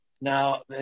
now